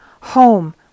Home